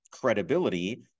credibility